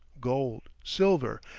gold, silver,